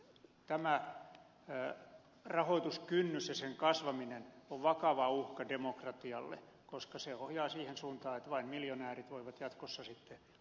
tämä rahoituskynnys ja sen kasvaminen on vakava uhka demokratialle koska se ohjaa siihen suuntaan että vain miljonäärit voivat jatkossa sitten asettua ehdolle